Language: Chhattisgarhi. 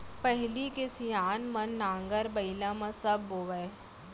पहिली के सियान मन नांगर बइला म सब बोवयँ